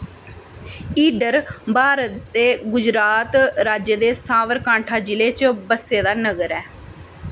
ईडर भारत दे गुजरात राज्य दे साबरकांठा जि'ले च बस्से दा नगर ऐ